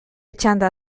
txanda